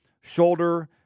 shoulder